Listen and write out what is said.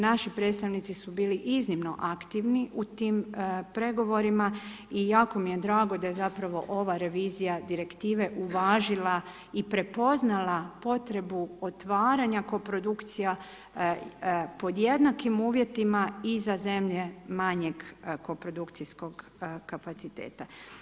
Naši predstavnici su bili iznimno aktivni u tim pregovorima i jako mi je drago, da je zapravo ova revizija direktive uvažila i prepoznala potrebu otvaranja koprodukcija pod jednakim uvjetima i za zemlje manjeg koprodukcijskog kapaciteta.